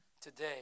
today